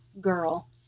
girl